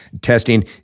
testing